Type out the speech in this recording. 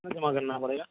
کتنا جمع کرنا پڑے گا